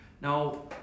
now